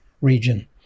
region